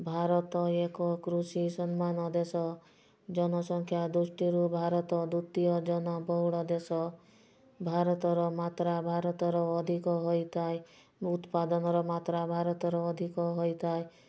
ଭାରତ ଏକ କୃଷି ସମ୍ମାନ ଦେଶ ଜନସଂଖ୍ୟା ଦୃଷ୍ଟିରୁ ଭାରତ ଦ୍ୱିତୀୟ ଜନ ବହୁଳ ଦେଶ ଭାରତର ମାତ୍ରା ଭାରତର ଅଧିକ ହୋଇଥାଏ ଉତ୍ପାଦନର ମାତ୍ରା ଭାରତର ଅଧିକ ହୋଇଥାଏ